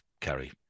carry